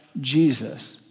Jesus